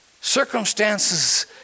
Circumstances